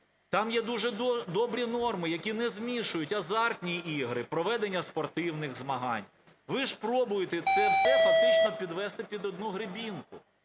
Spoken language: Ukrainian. Там є дуже добрі норми, які не змішують азартні ігри, проведення спортивних змагань. Ви ж пробуєте це все фактично підвести під одну гребінку.